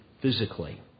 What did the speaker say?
physically